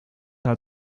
hat